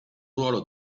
ruolo